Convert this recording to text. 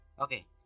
Okay